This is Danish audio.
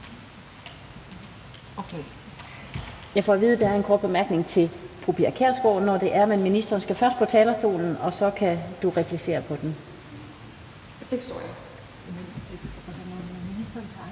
af. Jeg får at vide, at ministeren har en kort bemærkning til fru Pia Kjærsgaard, men ministeren skal først på talerstolen, og så kan du replicere på den. Det er sådan, at når ministeren tager